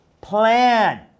plan